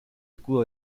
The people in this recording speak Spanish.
escudo